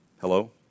Hello